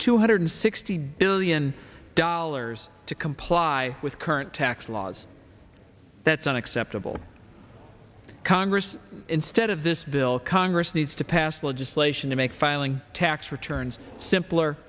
two hundred sixty billion dollars to comply with current tax laws that's unacceptable congress instead of this bill congress needs to pass legislation to make filing tax returns simpler